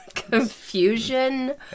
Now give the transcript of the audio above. confusion